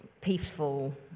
peaceful